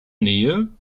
nähe